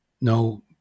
no